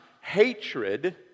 hatred